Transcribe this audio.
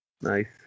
nice